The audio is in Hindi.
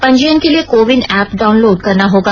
पंजीयन के लिए कोविन एप डाउनलोड करना होगा